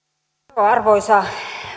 arvoisa